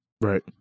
Right